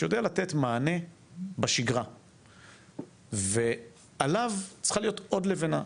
שיודע לתת מענה בשגרה ועליו צריכה להיות עוד לבנה,